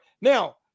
Now